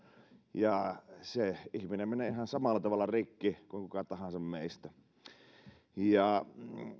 ja se ihminen joka siellä on menee ihan samalla tavalla rikki kuin kuka tahansa meistä ja